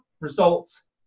results